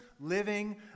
living